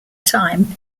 time